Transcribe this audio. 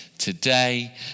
Today